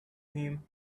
him